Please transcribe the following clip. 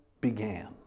began